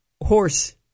horse